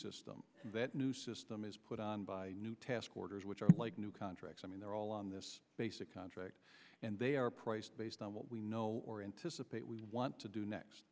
system that new system is put on by a new task orders which are like new contracts i mean they're all on this basic contract and they are priced based on what we know or anticipate we want to do next